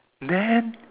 then